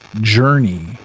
journey